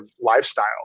lifestyle